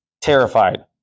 terrified